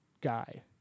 guy